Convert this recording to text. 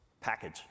package